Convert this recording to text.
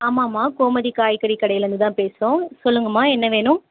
ஆமாம்மா கோமதி காய்கறி கடையிலருந்துதான் பேசுகிறோம் சொல்லுங்கம்மா என்ன வேணும்